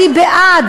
אני בעד,